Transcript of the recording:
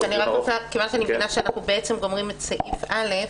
כיוון שאני מבינה שאנחנו גומרים את סעיף (א),